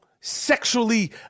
sexually